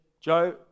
Joe